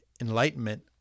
enlightenment